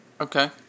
Okay